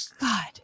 God